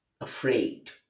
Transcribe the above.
afraid